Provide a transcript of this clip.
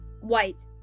White